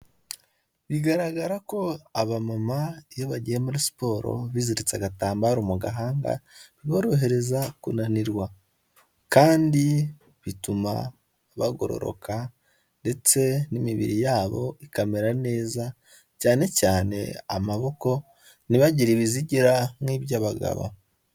Bigaragara ko abamamaa iyo bagiye muri siporo biziritse agatambaro mu gahanga biborohereza kunanirwa kandi bituma bagororoka ndetse n'imibiri yabo ikamera neza cyane cyane amaboko ntibagire ibizigira nk'iby'abagabo.